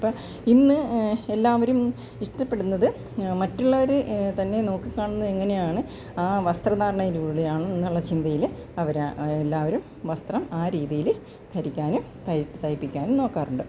അപ്പോൾ ഇന്ന് എല്ലാവരും ഇഷ്ടപ്പെടുന്നത് മറ്റുള്ളവര് തന്നെ നോക്കി കാണുന്നത് എങ്ങനെയാണ് ആ വസ്ത്രധാരണയ്ലൂടെയാണെന്നൊള്ള ചിന്തയില് അവരാ എല്ലാവരും വസ്ത്രം ആ രീതിയിൽ ധരിക്കാനും തയ് തയ്പ്പിക്കാനും നോക്കാറുണ്ട്